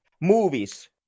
movies